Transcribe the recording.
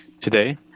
today